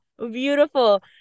beautiful